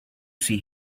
see